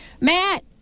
Matt